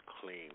clean